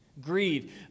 Greed